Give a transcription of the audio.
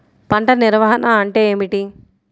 పంట నిర్వాహణ అంటే ఏమిటి?